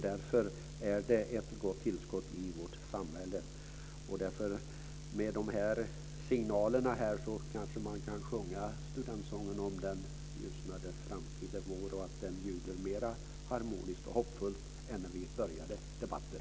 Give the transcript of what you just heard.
Därför är det ett gott tillskott i vårt samhälle. Med de här signalerna kanske man kan sjunga studentsången om att den ljusnande framtid är vår. Den ljuder kanske mer harmoniskt och hoppfullt än när vi började debatten.